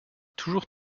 toujours